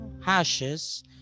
hashes